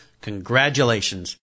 congratulations